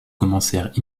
commencèrent